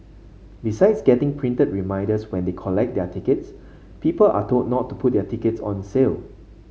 besides getting printed reminders when they collect their tickets people are told not to put their tickets on sale